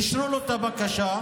אישרו לו את הבקשה,